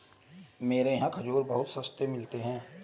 मेरे यहाँ खजूर बहुत सस्ते मिलते हैं